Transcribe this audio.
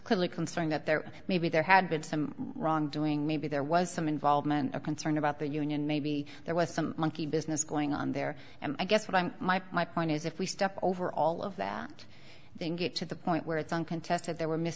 clearly concerned that there may be there had been some wrongdoing maybe there was some involvement or concern about the union maybe there was some monkey business going on there and i guess what i'm my my point is if we step over all of that then get to the point where it's uncontested there were miss